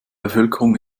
bevölkerung